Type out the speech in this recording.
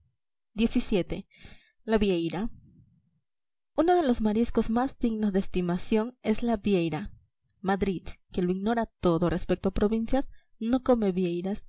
xvii la vieira uno de los mariscos más dignos de estimación es la vieira madrid que lo ignora todo respecto a provincias no come vieiras